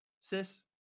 sis